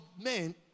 men